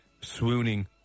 swooning